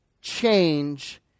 Change